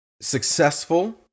successful